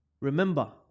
Remember